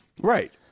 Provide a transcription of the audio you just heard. right